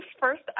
first